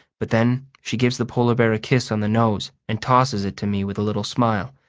but then she gives the polar bear a kiss on the nose and tosses it to me with a little smile.